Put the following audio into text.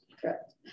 correct